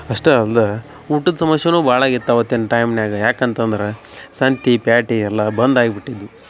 ಅಷ್ಟ ಅಲ್ದ ಊಟದ ಸಮಸ್ಯೆನೂ ಭಾಳಗಿತ್ತು ಅವತ್ತಿನ ಟೈಮ್ನ್ಯಾಗ ಯಾಕಂತಂದ್ರ ಸಂತೆ ಪ್ಯಾಟೆ ಎಲ್ಲಾ ಬಂದು ಆಗ್ಬಿಟ್ಟಿದ್ವು